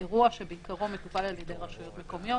אירוע שבעיקרו מטופל על ידי רשויות מקומיות.